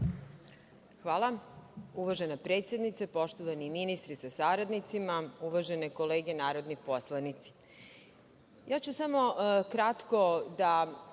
Hvala. Uvažena predsednice, poštovani ministri sa saradnicima, uvažene kolege narodni poslanici, ja ću samo kratko da,